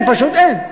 פשוט אין.